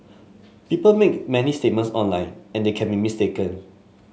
people make many statements online and they can be mistaken